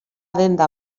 denda